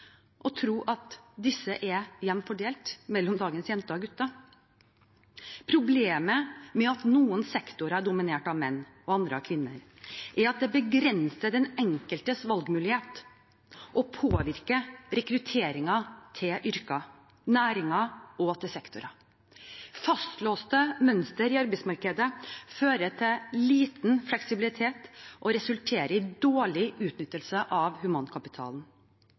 tro at disse er jevnt fordelt mellom dagens jenter og gutter. Problemet med at noen sektorer er dominert av menn og andre av kvinner, er at det begrenser den enkeltes valgmuligheter og påvirker rekrutteringen til yrker, næringer og sektorer. Fastlåste mønstre i arbeidsmarkedet fører til liten fleksibilitet og resulterer i dårlig utnyttelse av humankapitalen.